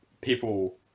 people